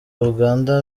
uganda